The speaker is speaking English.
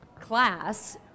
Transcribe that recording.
class